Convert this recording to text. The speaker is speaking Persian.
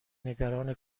نگران